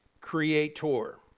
creator